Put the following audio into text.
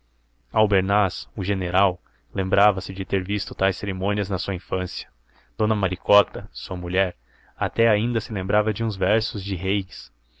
tempos albernaz o general lembrava-se de ter visto tais cerimônias na sua infância dona maricota sua mulher até ainda se lembrava de uns versos de reis